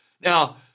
Now